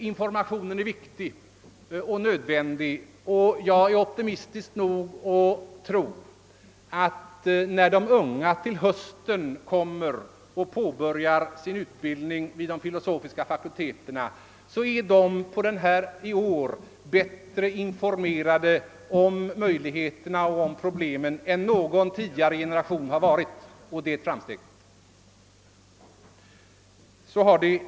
Information av detta slag är viktig och nödvändig, och jag är optimistisk nog att tro att de unga när de till hösten påbörjar sin utbildning vid de filosofiska fakulteterna skall vara bättre informerade om möjligheterna och problemen än någon tidigare generation har varit, och detta är ett framsteg.